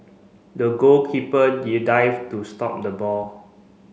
the goalkeeper dived to stop the ball